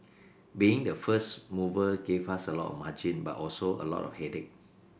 being the first mover gave us a lot of margin but also a lot of headache